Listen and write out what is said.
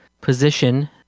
position